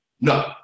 No